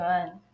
one